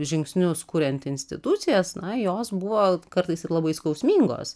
žingsnius kuriant institucijas na jos buvo kartais ir labai skausmingos